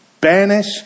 banish